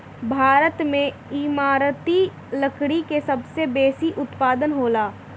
भारत में इमारती लकड़ी के सबसे बेसी उत्पादन होला